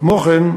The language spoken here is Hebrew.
כמו כן,